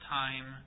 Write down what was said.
time